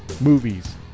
movies